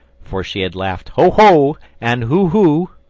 for she had laughed ho, ho! and hu, hu!